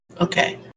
Okay